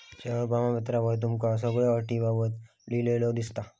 share प्रमाणपत्रावर तुका सगळ्यो अटींबाबत लिव्हलेला दिसात